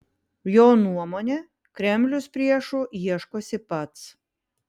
jo nuomone kremlius priešų ieškosi pats